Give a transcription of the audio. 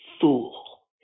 fool